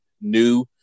new